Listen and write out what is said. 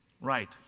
Right